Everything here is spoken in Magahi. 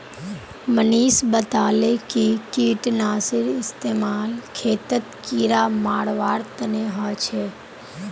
मनीष बताले कि कीटनाशीर इस्तेमाल खेतत कीड़ा मारवार तने ह छे